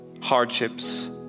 hardships